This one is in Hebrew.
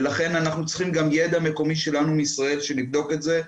ולכן אנחנו צריכים גם ידע מקומי שלנו מישראל בשביל לבדוק את זה.